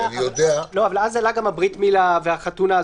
אבל אז עלה גם ברית המילה, החתונה.